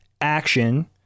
action